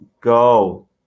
Go